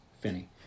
Finney